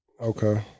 Okay